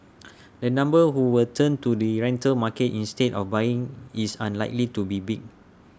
the number who will turn to the rental market instead of buying is unlikely to be big